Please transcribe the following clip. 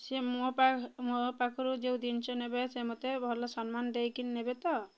ସେ ମୋ ପାଖ ମୋ ପାଖରୁ ଯେଉଁ ଜିନିଷ ନେବେ ସେ ମୋତେ ଭଲ ସମ୍ମାନ ଦେଇକି ନେବେ ତ